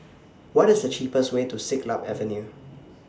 What IS The cheapest Way to Siglap Avenue